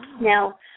Now